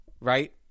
right